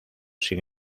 sin